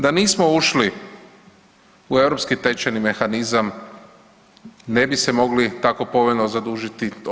Da nismo ušli u europski tečajni mehanizam ne bi se mogli tako povoljno zadužiti.